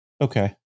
Okay